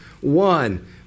One